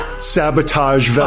sabotage